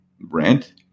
rent